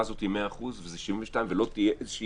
הזו היא 100% וזה 72 שעות ולא תהיה הדבקה